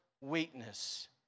weakness